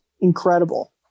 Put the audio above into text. incredible